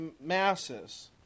masses